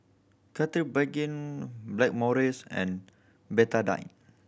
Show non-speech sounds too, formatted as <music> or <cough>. <unintelligible> Blackmores and Betadine